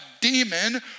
demon